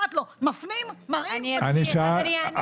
מפנים, מראים, מצביעים.